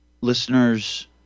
listeners